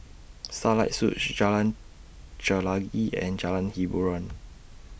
Starlight Suites Jalan Chelagi and Jalan Hiboran